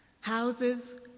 houses